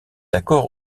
accord